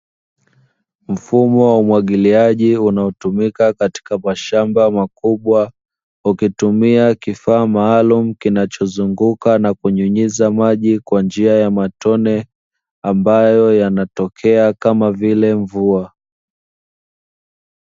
Mfumo wa umwagiliaji unaotumika katika mashamba makubwa ukitumia kifaa maalumu kinachozunguka na kunyunyiza maji kwa njia ya matone ambayo yanatokea kama vile mvua.